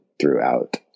throughout